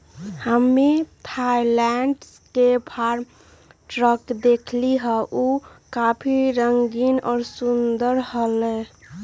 हम्मे थायलैंड के farm truck देखली हल, ऊ काफी रंगीन और सुंदर हलय